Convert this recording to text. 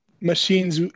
machines